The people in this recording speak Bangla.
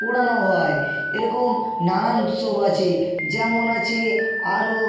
পোড়ানো হয় এরকম নানান উৎসব আছে যেমন আছে আরও